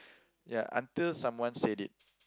ya until someone said it